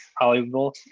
Hollywood